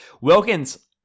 wilkins